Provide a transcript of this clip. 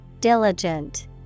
Diligent